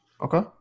Okay